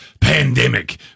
pandemic